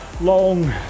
long